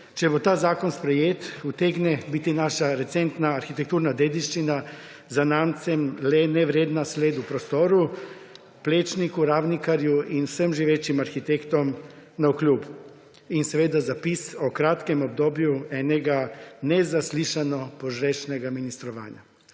Če bo ta zakon sprejet, utegne biti naša recentna arhitekturna dediščina zanamcem le nevredna sled v prostoru, Plečniku, Ravnikarju in vsem živečim arhitektom navkljub. In seveda zapis o kratkem obdobju enega nezaslišano požrešnega ministrovanja.